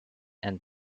and